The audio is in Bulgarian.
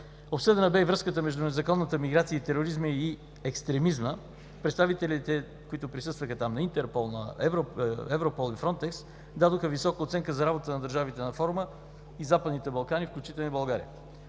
Обсъдена бе и връзката между незаконната миграция и тероризма и екстремизма. Представителите, които присъстваха там, на Интерпол, на Европол и „Фронтекс” дадоха висока оценка за работата на държавите на Форума и Западните Балкани, включително и България.